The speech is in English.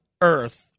Earth